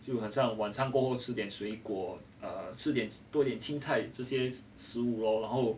就很像晚餐过后吃点水果 err 吃多点青菜这些食物喽然后